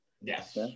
yes